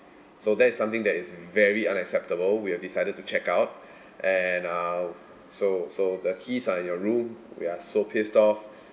so that is something that is very unacceptable we have decided to check out and uh so so the keys are in your room we're so pissed off